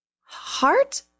heart